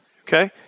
Okay